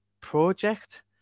project